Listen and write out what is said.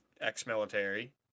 ex-military